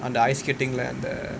on the ice skating and uh